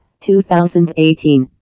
2018